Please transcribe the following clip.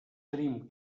tenim